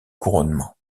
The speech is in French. couronnement